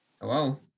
hello